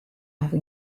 har